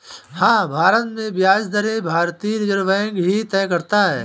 हाँ, भारत में ब्याज दरें भारतीय रिज़र्व बैंक ही तय करता है